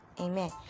Amen